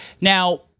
Now